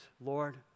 Lord